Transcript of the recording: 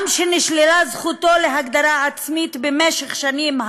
עם שנשללה זכותו להגדרה עצמית במשך שנים,